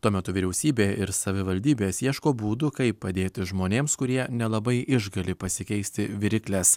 tuo metu vyriausybė ir savivaldybės ieško būdų kaip padėti žmonėms kurie nelabai išgali pasikeisti virykles